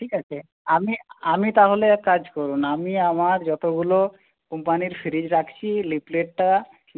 ঠিক আছে আমি আমি তাহলে এক কাজ করুন আমি আমার যতগুলো কোম্পানির ফ্রিজ রাখি লিফলেটটা